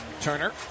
Turner